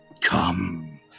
Come